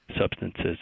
substances